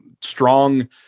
strong